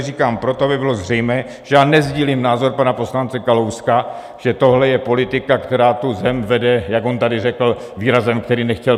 Říkám to tady proto, aby bylo zřejmé, že já nesdílím názor pana poslance Kalouska, že tohle je politika, která tu zem vede, jak on tady řekl výrazem, který nechtěl použít.